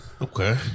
Okay